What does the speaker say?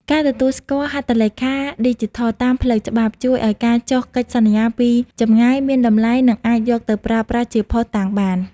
ការទទួលស្គាល់ "ហត្ថលេខាឌីជីថល" តាមផ្លូវច្បាប់ ជួយឱ្យការចុះកិច្ចសន្យាពីចម្ងាយមានតម្លៃ និងអាចយកទៅប្រើប្រាស់ជាភស្តុតាងបាន។